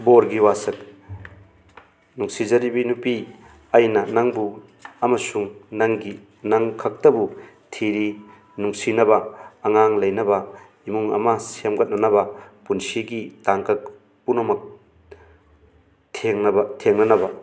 ꯕꯣꯔꯒꯤ ꯋꯥꯁꯛ ꯅꯨꯡꯁꯤꯖꯔꯤꯕꯤ ꯅꯨꯄꯤ ꯑꯩꯅ ꯅꯪꯕꯨ ꯑꯃꯁꯨꯡ ꯅꯪꯒꯤ ꯅꯪꯈꯛꯇꯕꯨ ꯊꯤꯔꯤ ꯅꯨꯡꯁꯤꯅꯕ ꯑꯉꯥꯡ ꯂꯩꯅꯕ ꯏꯃꯨꯡ ꯑꯃ ꯁꯦꯝꯒꯠꯅꯅꯕ ꯄꯨꯟꯁꯤꯒꯤ ꯇꯥꯡꯀꯛ ꯄꯨꯝꯅꯃꯛ ꯊꯦꯡꯅꯕ ꯊꯦꯡꯅꯅꯕ